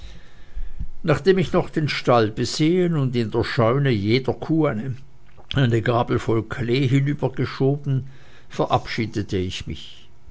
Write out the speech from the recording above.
nachdem ich noch den stall besehen und in der scheune jeder kuh eine gabel voll klee hinübergeschoben verabschiedete ich mich